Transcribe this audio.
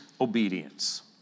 obedience